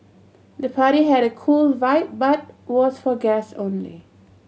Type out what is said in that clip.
the party had a cool vibe but was for guests only